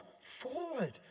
forward